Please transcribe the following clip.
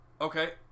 Okay